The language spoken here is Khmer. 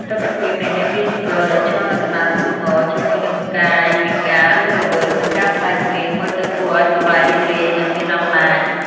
ទិដ្ឋភាពនៃអ្នកវាយស្គរដែលឈរនៅកណ្តាលទូកង ជាមួយនឹងកាយវិការរស់រវើក និងការស្រែកច្រៀងមើលទៅគួរឲ្យសប្បាយរីករាយ និងមានអំណាច។